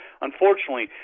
unfortunately